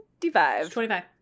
25